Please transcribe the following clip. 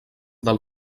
del